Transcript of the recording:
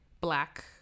black